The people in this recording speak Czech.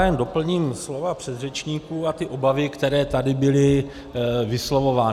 Jen doplním slova předřečníků a obavy, které tady byly vyslovovány.